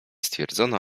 stwierdzono